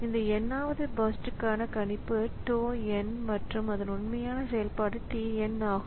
இந்த n வது CPU பர்ஸ்ட்ற்கான கணிப்பு tau n மற்றும் அதன் உண்மையான செயல்பாடு t n ஆகும்